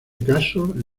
caso